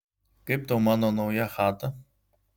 kaip tau mano nauja chata